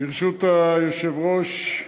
ברשות היושב-ראש,